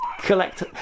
Collect